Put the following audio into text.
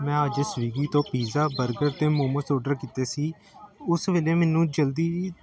ਮੈਂ ਅੱਜ ਸਵੀਗੀ ਤੋਂ ਪੀਜ਼ਾ ਬਰਗਰ ਅਤੇ ਮੋਮੋਸ ਓਡਰ ਕੀਤੇ ਸੀ ਉਸ ਵੇਲੇ ਮੈਨੂੰ ਜਲਦੀ ਵੀ